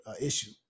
issue